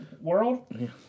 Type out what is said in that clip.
World